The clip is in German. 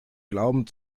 glauben